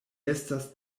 estas